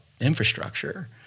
infrastructure